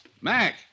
Mac